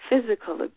physical